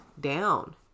down